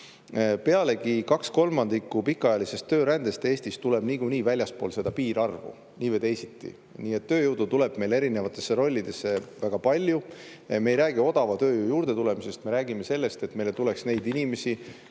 Pealegi, kaks kolmandikku pikaajalisest töörändest tuleb Eestisse väljapoolt seda piirarvu nii või teisiti. Nii et tööjõudu tuleb meil erinevatesse rollidesse väga palju. Me ei räägi odava tööjõu juurde tulemisest. Me räägime sellest, et meile tuleks inimesi,